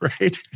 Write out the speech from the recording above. right